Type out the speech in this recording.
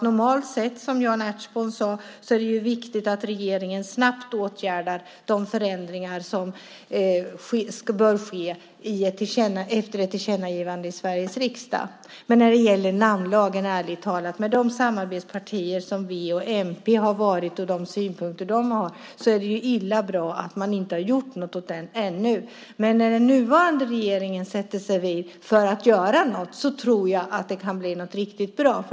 Normalt sett, som Jan Ertsborn sade, är det viktigt att regeringen snabbt åtgärdar de förändringar som bör ske efter ett tillkännagivande i Sveriges riksdag. Med de tidigare samarbetspartierna v och mp och de synpunkter de har är det illa bra att man inte har gjort något åt den ännu. Men när den nuvarande regeringen sätter sig före att göra något tror jag att det kan bli något riktigt bra.